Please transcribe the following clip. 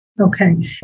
Okay